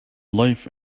life